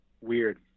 weird